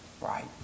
right